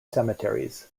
cemeteries